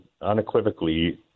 unequivocally